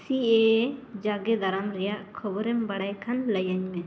ᱥᱤ ᱮ ᱮ ᱡᱟᱸᱜᱮ ᱫᱟᱨᱟᱢ ᱨᱮᱭᱟᱜ ᱠᱷᱚᱵᱚᱨᱮᱢ ᱵᱟᱲᱟᱭ ᱠᱷᱟᱱ ᱞᱟᱹᱭᱟᱹᱧ ᱢᱮ